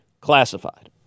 classified